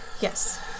Yes